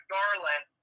Garland